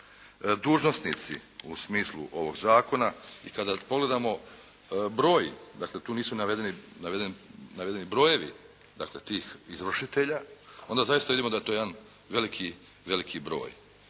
dužnosnici u smislu ovog zakona i kada pogledamo broj, dakle tu nisu navedeni brojevi dakle tih izvršitelja onda zaista vidimo da je to jedan veliki, veliki broj.